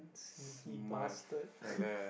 sneaky bastard